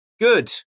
good